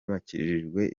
bakijijwe